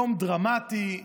יום דרמטי.